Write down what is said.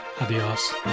Adios